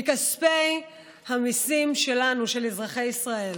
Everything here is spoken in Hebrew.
מכספי המיסים שלנו, של אזרחי ישראל.